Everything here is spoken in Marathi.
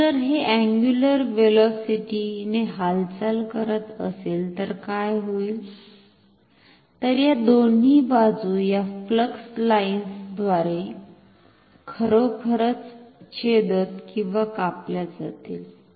तर जर हे अंगुलर व्हेलॉसिटी ने हालचाल करत असेल तर काय होईल तर या दोन्ही बाजू या फ्लक्स लाईन्स द्वारे खरोखरच छेदत किंवा कापल्या जातील